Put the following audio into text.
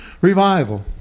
revival